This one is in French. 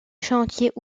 chantiers